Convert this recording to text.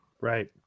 right